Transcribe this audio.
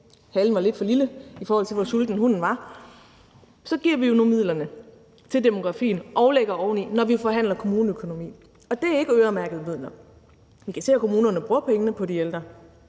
halen var lidt for lille, i forhold til hvor sulten hunden var – giver vi jo nu midlerne til demografien og lægger oveni, når vi forhandler kommuneøkonomi, og det er ikke øremærkede midler. Vi kan se, at kommunerne bruger pengene på de ældre,